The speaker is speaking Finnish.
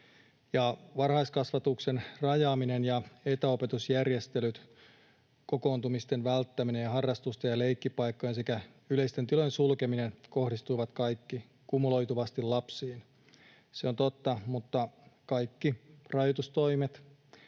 Varhaiskasvatuksen rajaaminen ja etäopetusjärjestelyt, kokoontumisten välttäminen ja harrastusten ja leikkipaikkojen sekä yleisten tilojen sulkeminen kohdistuivat kaikki kumuloituvasti lapsiin. Se on totta — mutta kaikki rajoitustoimet